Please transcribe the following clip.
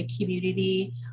community